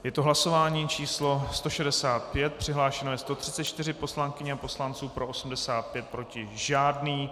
Je to hlasování číslo 165, přihlášeno je 134 poslankyň a poslanců, pro 85, proti žádný.